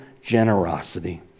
Generosity